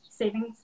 Savings